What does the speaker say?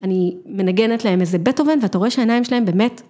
אני מנגנת להם איזה בטהובן, ואתה רואה שהעיניים שלהם באמת...